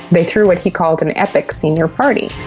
they threw what he called an epic senior party.